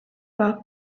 war